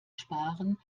sparen